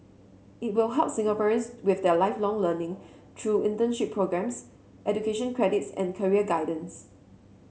it will help Singaporeans with their Lifelong Learning through internship programmes education credits and career guidance